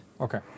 Okay